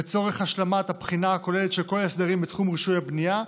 לצורך השלמת הבחינה הכוללת של כל ההסדרים בתחום רישוי הבנייה,